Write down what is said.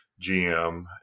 GM